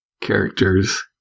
characters